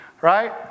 right